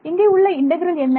இங்கே உள்ள இன்டெக்ரல் என்ன